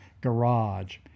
garage